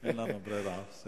זה